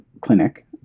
clinic